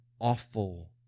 awful